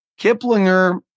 Kiplinger